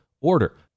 order